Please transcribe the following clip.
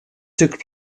took